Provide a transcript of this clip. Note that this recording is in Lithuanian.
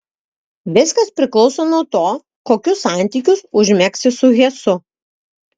viskas priklauso nuo to kokius santykius užmegsi su hesu